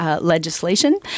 legislation